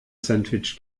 sandwich